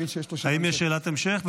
האם יש שאלת המשך?